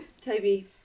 Toby